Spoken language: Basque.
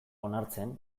onartzen